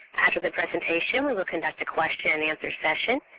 after the presentation we will conduct a question and answer session.